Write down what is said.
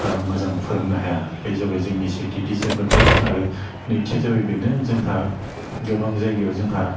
मोजां फोरोंनो हाया बे जाबाय जोंनि सेथि दिसएदभान्टेज आरो नैथिया जाबाय बेनो जोंहा गोबां जायगायाव जोंहा